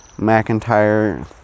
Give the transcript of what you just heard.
McIntyre